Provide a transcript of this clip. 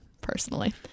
personally